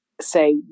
say